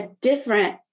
different